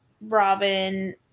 Robin